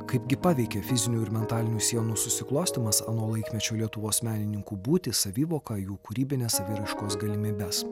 kaipgi paveikė fizinių ir mentalinių sienų susiklostymas ano laikmečio lietuvos menininkų būtį savivoką jų kūrybinės saviraiškos galimybes